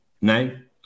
nine